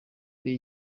ari